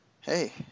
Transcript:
hey